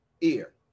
ear